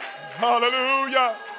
Hallelujah